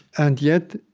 and yet,